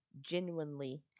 genuinely